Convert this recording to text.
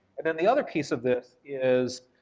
and then the other piece of this is,